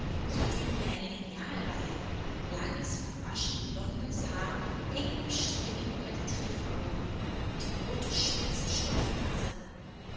so dünn wie ein lineal war er langes verwaschen blondes haar hing ihm strähnig über die triefaugen und die rote spitze